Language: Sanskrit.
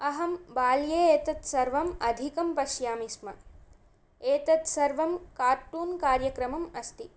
अहं बाल्ये एतत् सर्वम् अधिकं पश्यामि स्म एतत् सर्वं कार्टून् कार्यक्रमम् अस्ति